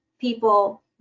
people